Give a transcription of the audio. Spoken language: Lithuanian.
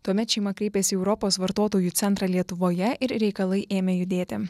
tuomet šeima kreipėsi į europos vartotojų centrą lietuvoje ir reikalai ėmė judėti